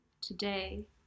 today